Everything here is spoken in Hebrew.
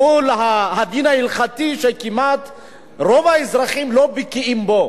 מול הדין ההלכתי, שרוב האזרחים לא בקיאים בו.